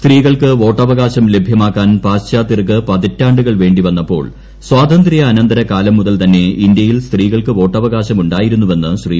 സ്ത്രീകൾക്ക് വോട്ടവകാശം ലഭ്യമാക്കാൻ പാശ്ചാത്യർക്ക് പതിറ്റാണ്ടുകൾ വേ ണ്ടിവന്നപ്പോൾ സ്വാതന്ത്ര്യാനന്തര കാലം മുതൽ തന്നെ ഇന്ത്യയിൽ സ്ത്രീകൾക്ക് വോട്ടവകാശം ഉണ്ടായിരുന്നുവെന്ന് ശ്രീ